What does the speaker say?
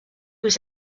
was